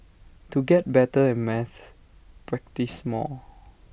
to get better at maths practise more